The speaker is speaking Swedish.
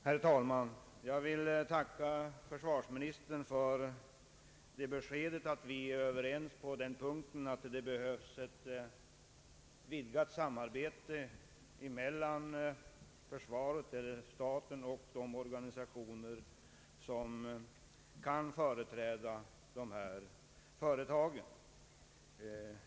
Herr talman! Jag tackar försvarsministern för beskedet att vi är överens om att det behövs ett vidgat samarbete mellan försvaret och de organisationer som företräder textiloch konfektionsföretagen.